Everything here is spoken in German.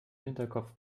hinterkopf